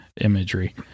imagery